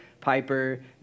Piper